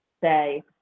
say